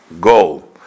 goal